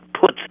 puts